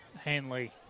Hanley